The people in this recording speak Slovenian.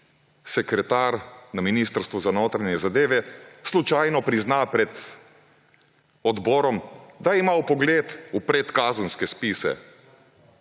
sekretar na Ministrstvu za notranje zadeve slučajno prizna pred odborom, da ima vpogled v predkazenske spise.